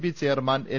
B chairman N